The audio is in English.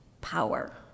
power